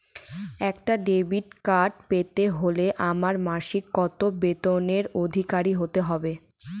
একটা debit card পেতে হলে আমার মাসিক কত বেতনের অধিকারি হতে হবে?